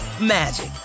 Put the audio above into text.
magic